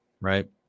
right